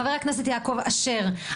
חבר הכנסת יעקב אשר,